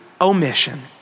omission